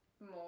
more